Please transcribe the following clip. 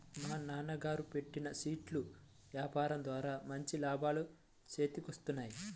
మా నాన్నగారు పెట్టిన స్వీట్ల యాపారం ద్వారా మంచి లాభాలు చేతికొత్తన్నాయి